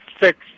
six